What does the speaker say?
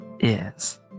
Yes